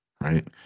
right